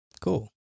Cool